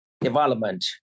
development